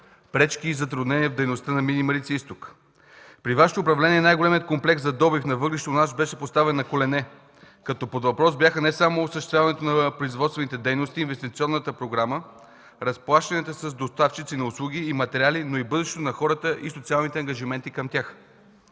пречки и затруднения в дейността на „Мини Марица изток”? При Вашето управление най-големият комплекс за добив на въглища у нас беше поставен на колене, като под въпрос бяха не само: осъществяването на производствените дейности, инвестиционната програма, разплащанията с доставчици на услуги и материали, но и бъдещето на хората и социалните ангажименти към тях.